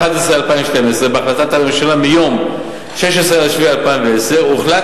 בהחלטת הממשלה מיום 16 ביולי 2010 הוחלט